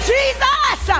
Jesus